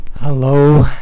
Hello